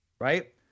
right